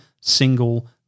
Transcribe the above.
single